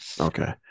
Okay